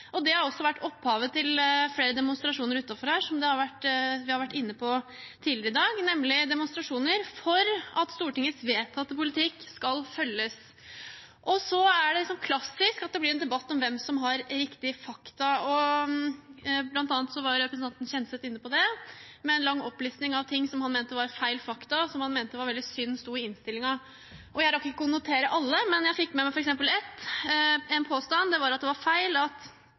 Det har også vært opphavet til flere demonstrasjoner utenfor her, som vi har vært inne på tidligere i dag, nemlig demonstrasjoner for at Stortingets vedtatte politikk skal følges. Så er det klassisk at det blir en debatt om hvem som har riktig fakta. Blant annet var representanten Kjenseth inne på det, med en lang opplisting av ting som han mente var feil fakta, og som han mente var veldig synd sto i innstillingen. Jeg rakk ikke å notere alle, men jeg fikk med meg f.eks. én påstand, at det var feil at